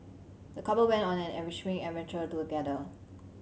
the couple went on an enriching adventure together